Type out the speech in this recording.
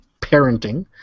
parenting